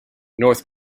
north